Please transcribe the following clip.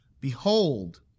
Behold